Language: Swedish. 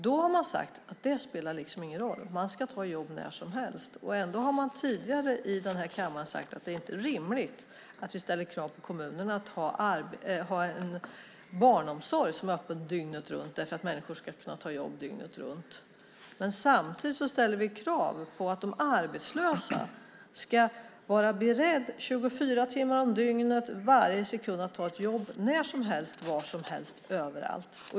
Då har man sagt att det inte spelar någon roll; människor ska ta jobb när som helst. Ändå har man tidigare i den här kammaren sagt att det inte är rimligt att ställa krav på kommunerna att de ska ha en barnomsorg som är öppen dygnet runt därför att människor ska kunna ta jobb dygnet runt. Men samtidigt ställer vi krav på att de arbetslösa ska vara beredda 24 timmar om dygnet varje sekund att ta ett jobb när som helst, var som helst och överallt.